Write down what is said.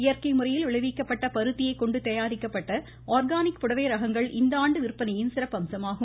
இயற்கை முறையில் விளைவிக்கப்பட்ட பருத்தியை கொண்டு தயாரிக்கப்பட்ட ஆர்கானிக் புடவை ரகங்கள் இந்த ஆண்டு விற்பனையின் சிறப்பம்சமாகும்